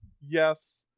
yes